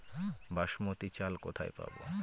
বাসমতী চাল কোথায় পাবো?